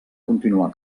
continuar